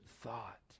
thought